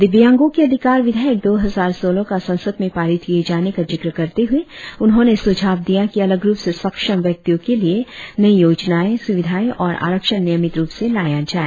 दिव्यांगो के अधिकार विधेयक दो हजार सोलह का संसद में पारित किए जाने का जिक्र करते हुए उन्होंने सुझाव दिया की अलग रुप से सक्षम व्यक्तियों के लिए नई योजनाए सुविधाए और आरक्षण नियमित रुप से लाया जाए